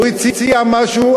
הוא הציע משהו,